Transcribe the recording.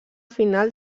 final